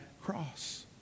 cross